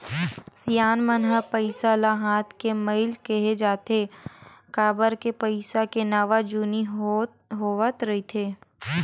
सियान मन ह पइसा ल हाथ के मइल केहें जाथे, काबर के पइसा के नवा जुनी होवत रहिथे